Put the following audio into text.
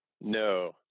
No